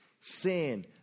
sin